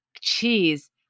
cheese